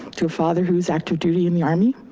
to father who's active duty in the army.